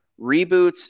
reboots